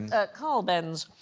ah carl benz.